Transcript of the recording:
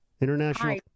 International